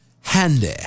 handy